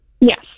Yes